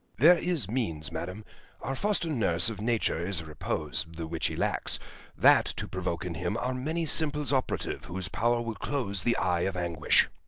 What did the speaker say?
there is means, madam our foster nurse of nature is repose, the which he lacks that to provoke in him are many simples operative, whose power will close the eye of anguish.